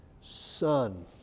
Son